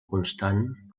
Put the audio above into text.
constant